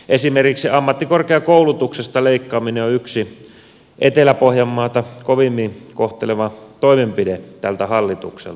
esimerkiksi ammattikorkeakoulutuksesta leikkaaminen on yksi etelä pohjanmaata kovimmin kohteleva toimenpide tältä hallitukselta